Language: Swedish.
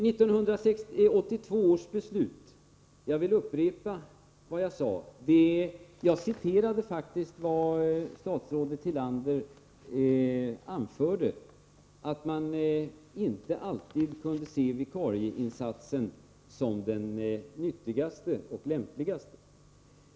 När det gäller 1982 års beslut citerade jag faktiskt vad statsrådet Tillander anförde, nämligen att man inte alltid kunde se vikarieinsatsen som den nyttigaste och lämpligaste.